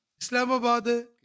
Islamabad